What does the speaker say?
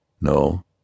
No